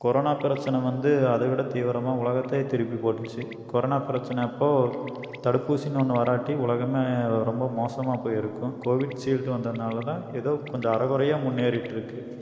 corona பிரச்சினை வந்து அதை விட தீவிரமாக உலகத்தையே திருப்பி போட்டுச்சு கொரோனா பிரச்சினையப்போ தடுப்பூசின்னு ஒன்று வராட்டி உலகமே ரொம்ப மோசமாக போயிருக்கும் கோவிசீல்டு வந்ததுனால்தான் ஏதோ கொஞ்சம் அரை கொறையா முன்னேறிட்டிருக்கு